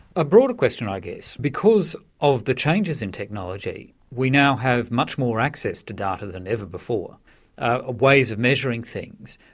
a broader question i guess because of the changes in technology we now have much more access to data than ever before and ah ways of measuring things,